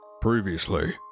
Previously